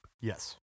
Yes